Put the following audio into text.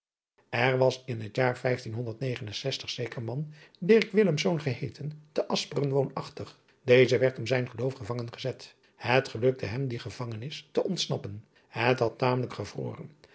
r was in het jaar zeker man geheeten te speren woonachtig eze werd om zijn geloof gevangen gezet het gelukte hem die gevangenis te ontsnappen et had tamelijk gevroren